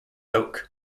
oak